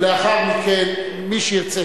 ולאחר מכן, מי שירצה.